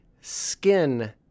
Skin